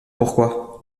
pourquoi